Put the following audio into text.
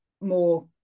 more